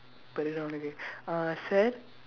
அப்ப இருக்குடா உனக்கு:appa irukkudaa unakku uh sir